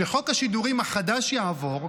כשחוק השידורים החדש יעבור,